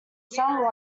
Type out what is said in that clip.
some